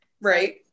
Right